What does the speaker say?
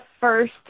first